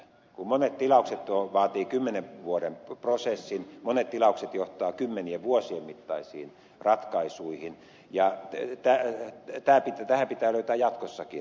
monet tilaukset vaativat kymmenen vuoden prosessin monet tilaukset johtavat kymmenien vuosien mittaisiin ratkaisuihin ja tähän pitää löytää jatkossakin tapa